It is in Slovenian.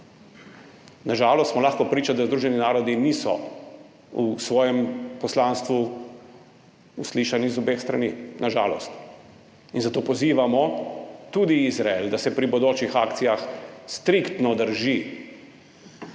Na žalost smo lahko priča, da Združeni narodi niso v svojem poslanstvu uslišani z obeh strani, na žalost. In zato pozivamo tudi Izrael, da se pri bodočih akcijah striktno drži